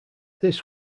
this